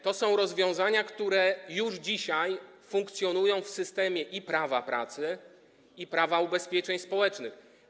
To są rozwiązania, które już dzisiaj funkcjonują w systemie i prawa pracy, i prawa ubezpieczeń społecznych.